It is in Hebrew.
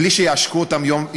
בלי שיעשקו אותם יום וליל,